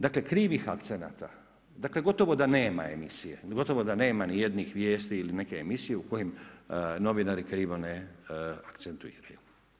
Dakle krivih akcenata, dakle gotovo da nema emisije, gotovo da nema niti jednih vijesti ili neke emisije u kojem novinari krivo ne akcentuiraju.